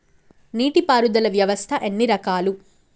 నీటి పారుదల వ్యవస్థ ఎన్ని రకాలు?